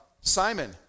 Simon